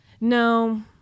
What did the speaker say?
No